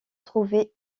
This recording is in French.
trouvait